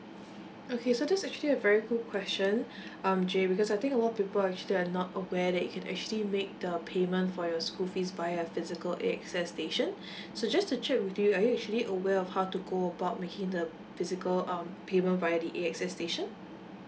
okay so this actually a very good question um jay because I think a lot of people actually are not aware they can actually make the payment for your school fees via a physical A_X_S station so just to check with you are you actually aware of how to go about making the physical um payment via the A_X_S station